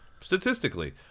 Statistically